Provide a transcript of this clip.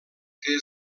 que